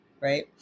right